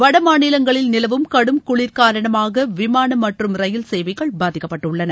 வட மாநிலங்களில் நிலவும் கடும் குளிர் காரணமாக விமானம் மற்றும் ரயில் சேவைகள் பாதிக்கப்பட்டுள்ளன